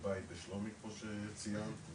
ובבית בשלומי כמו שציינת,